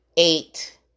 eight